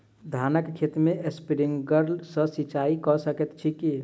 धानक खेत मे स्प्रिंकलर सँ सिंचाईं कऽ सकैत छी की?